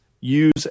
use